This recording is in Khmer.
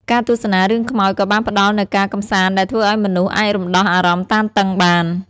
ការទស្សនារឿងខ្មោចក៏បានផ្តល់នូវការកម្សាន្តដែលធ្វើឲ្យមនុស្សអាចរំដោះអារម្មណ៍តានតឹងបាន។